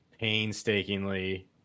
painstakingly